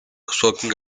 soaking